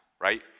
right